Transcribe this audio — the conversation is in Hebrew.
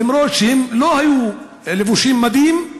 למרות שהם לא היו לבושים מדים,